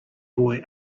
boy